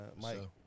Mike